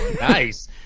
Nice